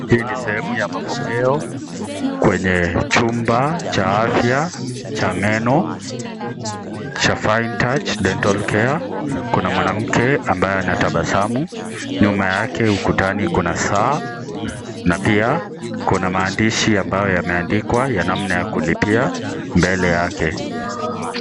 Hii ni sehemu ya mapokeo kwenye chumba cha afya cha meno cha fine touch dental care . Kuna mwanamke ambaye anatabasamu. Nyuma yake ukutani kuna saa na pia kuna maandishi ambayo yameandikwa ya namna ya kulipia mbele yake.